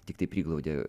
tiktai priglaudė